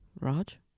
Raj